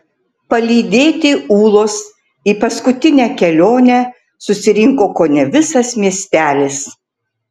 palydėti ūlos į paskutinę kelionę susirinko kone visas miestelis